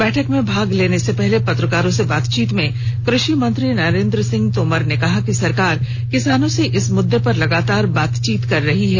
बैठक में भाग लेने से पहले पत्रकारों से बातचीत में क्र षि मंत्री नेरेन्द्र सिंह तोमर ने कहा कि सरकार किसानों से इस मुद्दे पर लगातार बातचीत कर रही है